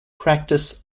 practice